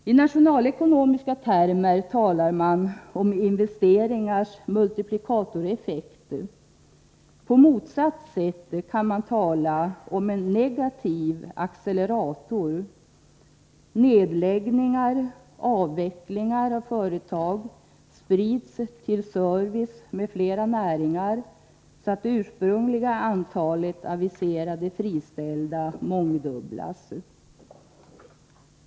I nationalekonomiska termer talar man om investeringars multiplikatoreffekt. På motsvarande sätt kan man tala om en negativ accelerator: nedläggningar och avvecklingar av företag sprids till servicenäringar och andra näringar, så att det ursprungliga antalet aviserade friställda mångdubblas.